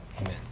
Amen